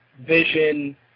Vision